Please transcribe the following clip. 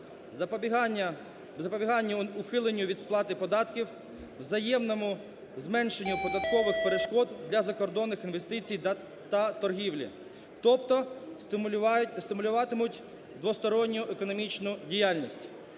запобіганню ухиленню від сплати податків, взаємному зменшенню податкових перешкод для закордонних інвестицій та торгівлі. Тобто стимулюватимуть двосторонню економічну діяльність.